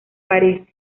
parís